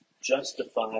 justify